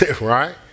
right